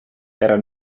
era